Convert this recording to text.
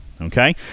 Okay